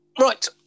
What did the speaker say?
Right